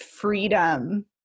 freedom